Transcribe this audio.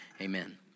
amen